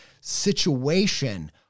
situation